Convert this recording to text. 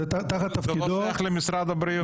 זה לא שייך למשרד הבריאות.